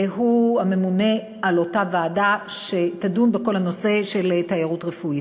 והוא הממונה על אותה ועדה שתדון בכל הנושא של תיירות רפואית.